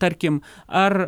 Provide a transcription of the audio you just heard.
tarkim ar